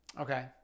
Okay